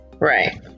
Right